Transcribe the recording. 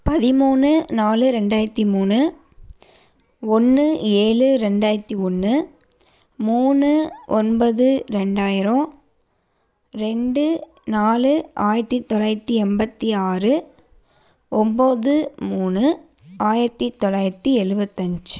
பதிமூன்று நான்கு இரண்டாயிரத்தி மூன்று ஒன்று ஏழு இரண்டாயிரத்தி ஒன்று மூன்று ஒன்பது இரண்டாயிரம் இரண்டு நான்கு ஆயிரத்தி தொள்ளாயிரத்தி எண்பத்தி ஆறு ஒன்பது மூன்று ஆயிரத்தி தொள்ளாயிரத்தி எழுபத்தி ஐந்து